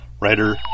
writer